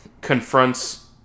confronts